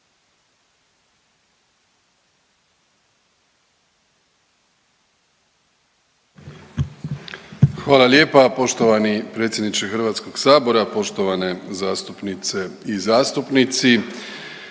Hvala lijepa poštovani predsjedniče Hrvatskog sabora. Poštovane zastupnice i zastupnici,